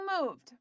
moved